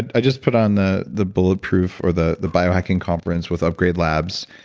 i just put on the the bulletproof or the the biohacking conference with upgrade labs.